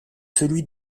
celui